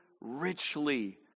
richly